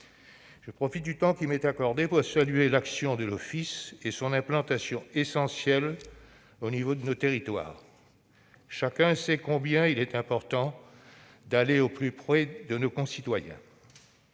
Je profite du temps qui m'est accordé pour saluer l'action de l'Office et son implantation essentielle dans nos territoires. Chacun sait combien il est important d'aller au plus près de nos concitoyens.